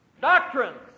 Doctrines